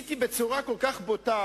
שניסיתי בצורה כל כך בוטה